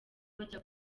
bajya